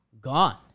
gone